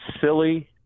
silly